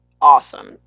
awesome